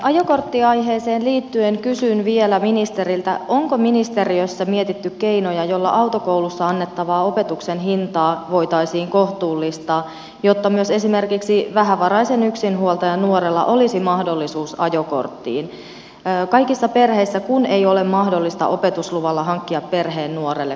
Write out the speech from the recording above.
ajokorttiaiheeseen liittyen kysyn vielä ministeriltä onko ministeriössä mietitty keinoja joilla autokoulussa annettavan opetuksen hintaa voitaisiin kohtuullistaa jotta myös esimerkiksi vähävaraisen yksinhuoltajan nuorella olisi mahdollisuus ajokorttiin kaikissa perheissä kun ei ole mahdollista opetusluvalla hankkia perheen nuorelle korttia